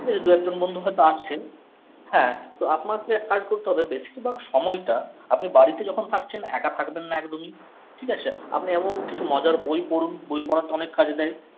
ঠিক আছে দু একজন বন্ধু হয়তো আছে হ্যাঁ তো আপনাকে একটা কাজ করতে হবে বেশিরভাগ সময়টা আপনি বাড়িতে যখন থাকছেন একা থাকবেন না একদমই ঠিক আছে আপনি এমন কিছু মজার বই পড়ুন বই পড়া অনেক কাজে দেয়